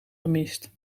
gemist